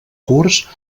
curs